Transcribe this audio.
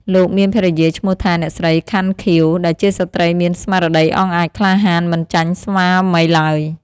លោកមានភរិយាឈ្មោះថា អ្នកស្រី ខាន់ ខៀវ ដែលជាស្ត្រីមានស្មារតីអង់អាចក្លាហានមិនចាញ់ស្វាមីឡើយ។